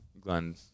glenn